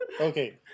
Okay